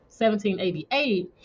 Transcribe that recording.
1788